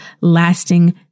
lasting